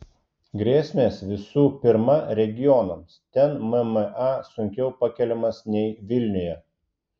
grėsmės visų pirma regionams ten mma sunkiau pakeliamas nei vilniuje